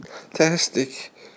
fantastic